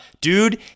dude